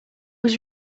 was